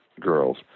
girls